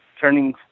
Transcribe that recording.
turning